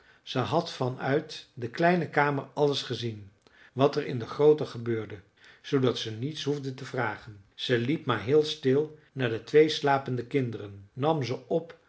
ze had van uit de kleine kamer alles gezien wat er in de groote gebeurde zoodat ze niets behoefde te vragen ze liep maar heel stil naar de twee slapende kinderen nam ze op